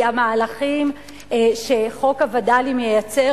כי המהלכים שחוק הווד”לים מייצר,